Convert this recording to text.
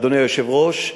אדוני היושב-ראש,